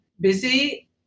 busy